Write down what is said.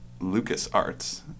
LucasArts